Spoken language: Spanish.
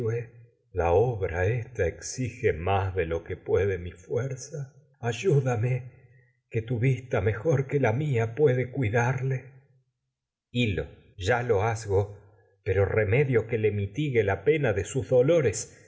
la obra ésta que exige más tu que lo que puede mi fuerza ayridame vista mejor que la mía puede cuidarle hil lo ya'lo asgo pero en ha remedio que le mitigue la posible en pena de sus dolores